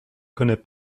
connais